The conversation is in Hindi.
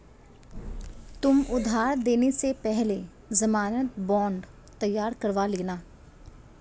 तुम उधार देने से पहले ज़मानत बॉन्ड तैयार करवा लेना